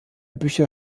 bücher